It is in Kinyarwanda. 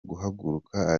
guhaguruka